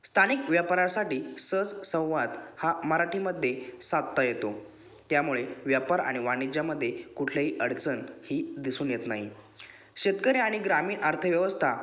स्थानिक व्यापारासाठी सहज संवाद हा मराठीमध्ये साधता येतो त्यामुळे व्यापार आणि वाणिज्यामध्ये कुठलीही अडचण ही दिसून येत नाही शेतकरी आणि ग्रामीण अर्थव्यवस्था